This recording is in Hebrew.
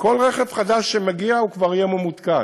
כל רכב חדש שמגיע כבר יהיה ממותקן,